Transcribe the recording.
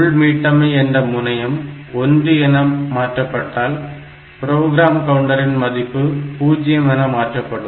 உள் மீட்டமை என்ற முனையம் 1 என மாற்றப்பட்டால் ப்ரோக்ராம் கவுண்டரின் மதிப்பு 0 என மாற்றப்படும்